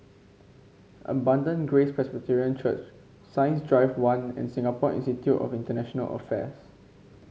Abundant Grace Presbyterian Church Science Drive One and Singapore Institute of International Affairs